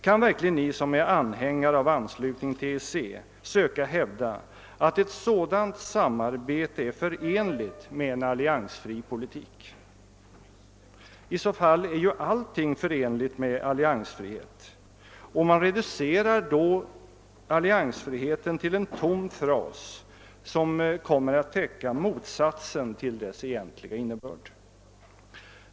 Kan verkligen ni som är anhängare av en anslutning till EEC hävda, att ett sådant samarbete är förenligt med en alliansfri politik? I så fall är ju allt förenligt med alliansfriheten, och denna reduceras till en tom fras som kommer att täcka motsatsen till sin egentliga innebörd.